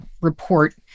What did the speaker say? report